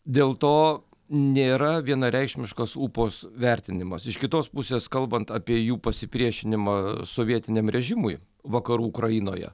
dėl to nėra vienareikšmiškas upos vertinimas iš kitos pusės kalbant apie jų pasipriešinimą sovietiniam režimui vakarų ukrainoje